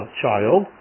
child